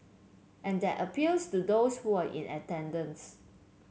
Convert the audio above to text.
and that appeals to those who were in attendance